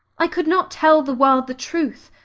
i could not tell the world the truth.